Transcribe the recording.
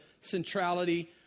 centrality